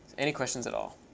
any questions at all?